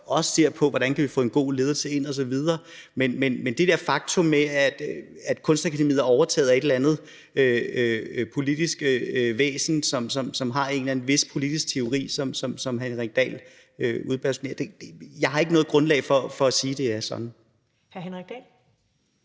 også ser på, hvordan vi kan få en god ledelse ind osv. Men det der med, at det er et faktum, at Kunstakademiet er overtaget af et eller andet politisk væsen, som har en vis politisk teori, som hr. Henrik Dahl udbasunerer, har jeg ikke noget grundlag for at sige er sådan. Kl.